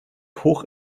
hoch